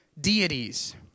deities